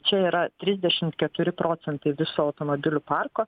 čia yra trisdešimt keturi procentai viso automobilių parko